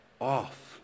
off